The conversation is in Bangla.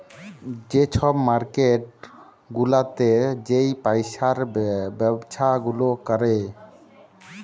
যে ছব মার্কেট গুলাতে যে পইসার ব্যবছা গুলা ক্যরে